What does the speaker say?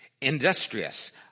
Industrious